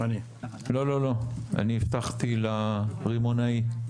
הבטחתי לרימונאי.